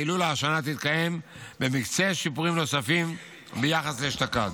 ההילולה השנה תתקיים עם מקצה שיפורים נוספים ביחס לאשתקד.